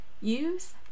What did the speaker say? use